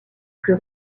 plus